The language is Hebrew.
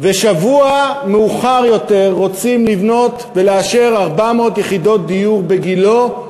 ושבוע מאוחר יותר רוצים לאשר ולבנות 400 יחידות דיור בגילה,